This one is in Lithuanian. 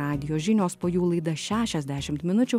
radijo žinios po jų laida šešiasdešimt minučių